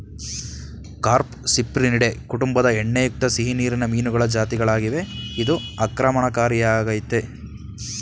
carp Cyprinidae ಕುಟುಂಬದ ಎಣ್ಣೆಯುಕ್ತ ಸಿಹಿನೀರಿನ ಮೀನುಗಳ ಜಾತಿಗಳಾಗಿವೆ ಇದು ಆಕ್ರಮಣಕಾರಿಯಾಗಯ್ತೆ